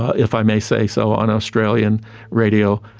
ah if i may say so on australian radio,